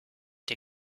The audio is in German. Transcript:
der